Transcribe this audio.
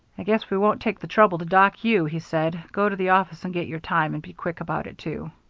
i guess we won't take the trouble to dock you, he said. go to the office and get your time. and be quick about it, too.